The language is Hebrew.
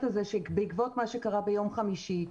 בעקבות מה שקרה ביום חמישי,